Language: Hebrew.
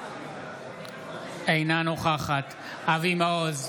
אינה נוכחת אבי מעוז,